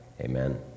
amen